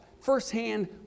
firsthand